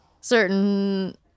certain